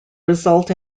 result